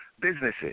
businesses